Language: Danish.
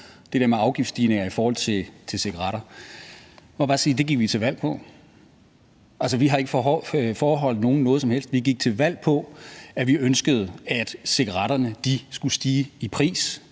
på. Der må jeg bare sige, at det gik vi til valg på. Altså, vi har ikke foreholdt nogen noget som helst. Vi gik til valg på, at vi ønskede, at cigaretterne skulle stige i pris,